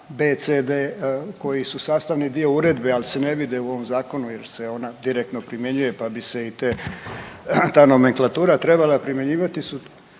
d koji su sastavni dio uredbe, ali se ne vide u ovom zakonu jer se ona direktno primjenjuje pa bi se i ta nomenklatura trebala primjenjivati